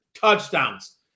touchdowns